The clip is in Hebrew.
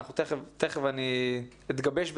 תיכף אני אתגבש בזה,